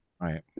Right